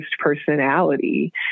personality